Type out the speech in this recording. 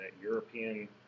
European